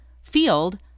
field